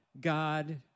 God